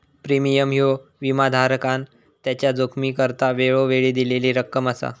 premium ह्यो विमाधारकान त्याच्या जोखमीकरता वेळोवेळी दिलेली रक्कम असा